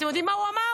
אתם יודעים מה הוא אמר?